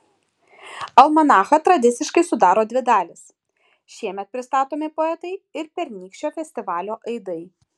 almanachą tradiciškai sudaro dvi dalys šiemet pristatomi poetai ir pernykščio festivalio aidai